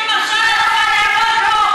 אף דיון,